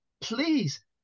Please